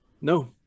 No